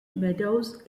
meadows